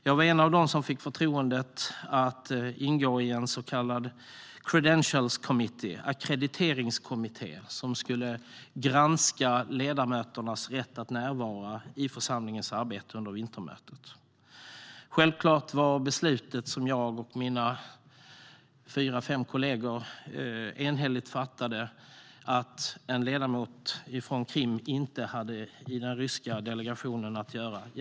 Jag var en av dem som fick förtroendet att ingå i en så kallad credentials committee, en ackrediteringskommitté, som skulle granska ledamöternas rätt att närvara i församlingens arbete under vintermötet. Självklart fattade jag och mina fyra fem kollegor enhälligt beslutet att en ledamot från Krim inte hade i den ryska delegationen att göra.